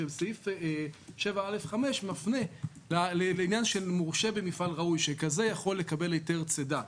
שסעיף 7(א)(5) מפנה לעניין שמורשה במפעל ראוי שכזה יכול לקבל היתר צידה,